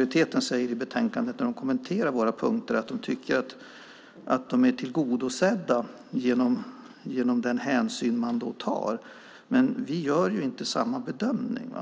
i utskottet säger i betänkandet när de kommenterar våra punkter att de tycker att punkterna är tillgodosedda genom den hänsyn som tas. Vi gör inte samma bedömning.